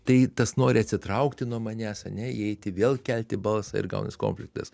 tai tas nori atsitraukti nuo manęs ane įeiti vėl kelti balsą ir gaunas konfliktas